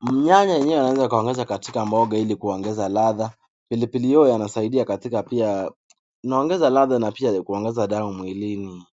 bNyanya yenyewe unaweza kuongeza katika mboga ili kuongeza ladha, pilipili hoho yanasaidia yanaongeza ladha na pia kuongeza damu mwilini.